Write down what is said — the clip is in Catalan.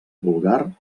vulgar